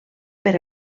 per